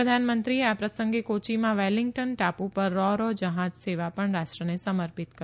પ્રધાનમંત્રીએ આ પ્રસંગે કોચ્ચીમાં વેલિંન્ચ્ટન ટાપુ પર રો રો જહાજ સેવા પણ રાષ્ટ્રને સમર્પિત કરી